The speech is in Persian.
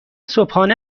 صبحانه